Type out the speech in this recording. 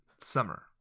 summer